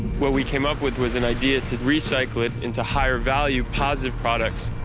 what we came up with was an idea to recycle it into higher value posit products.